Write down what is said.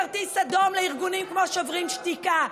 כרטיס אדום לארגונים כמו שוברים שתיקה,